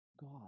God